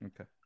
Okay